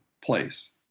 place